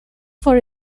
for